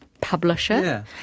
publisher